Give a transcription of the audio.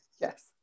Yes